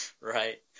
right